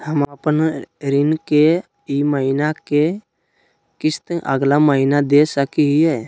हम अपन ऋण के ई महीना के किस्त अगला महीना दे सकी हियई?